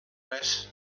res